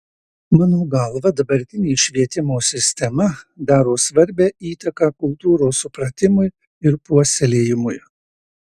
mano galva dabartinė švietimo sistema daro svarbią įtaką kultūros supratimui ir puoselėjimui